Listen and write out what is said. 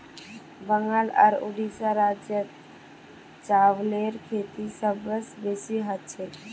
बंगाल आर उड़ीसा राज्यत चावलेर खेती सबस बेसी हछेक